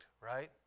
right